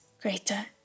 greater